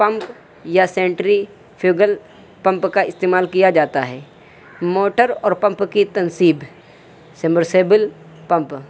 pump یا centrifugal pump کا استعمال کیا جاتا ہے موٹر اور پمپ کی تنصیب سمرسیبل پمپ